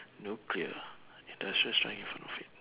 nuclear industrial strength in front of it